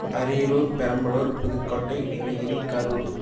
Ariyalur Perambalur Pudukkottai Nilgiri Karur